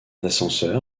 ascenseur